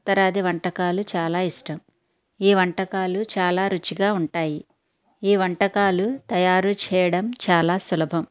ఉత్తరాది వంటకాలు చాలా ఇష్టం ఈ వంటకాలు చాలా రుచిగా ఉంటాయి ఈ వంటకాలు తయారు చేయడం చాలా సులభం